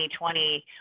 2020